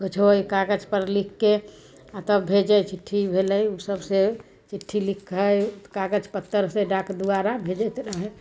किछो कागज पर लिखके आ तब भेजै चिट्ठी भेलै ओ सबसे चिट्ठी लिखै कागज पत्तर से डाक द्वारा भेजैत रहै